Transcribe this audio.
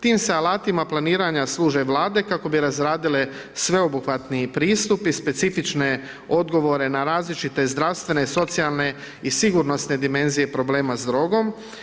Tim se alatima planiranja služe vlade kako bi razradile sveobuhvatni pristup i specifične odgovore na različite zdravstvene, socijalne i sigurnosne dimenzije problema s drogom.